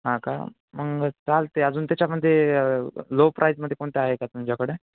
हां का मग चालते अजून त्याच्यामध्ये लो प्राईजमध्ये कोणत्या आहे का तुमच्याकडे